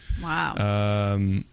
Wow